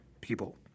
PEOPLE